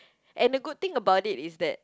and the good thing about it is that